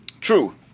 true